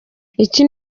iki